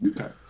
Okay